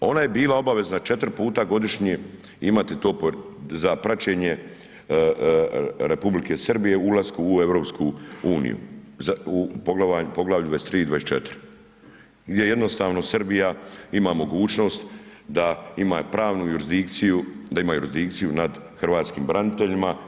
Ona je bila obavezna četiri puta godišnje imati to za praćenje Republike Srbije ulaska u Europsku uniju u poglavlju 23 i 24 gdje jednostavno Srbija ima mogućnost da ima pravnu jurisdikciju da ima jurisdikciju nad hrvatskim braniteljima.